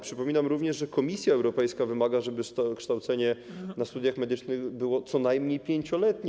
Przypominam również, że Komisja Europejska wymaga, żeby kształcenie na studiach medycznych było co najmniej 5-letnie.